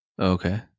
Okay